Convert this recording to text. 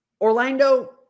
Orlando